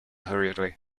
hurriedly